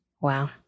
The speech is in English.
Wow